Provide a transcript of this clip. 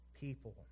people